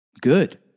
good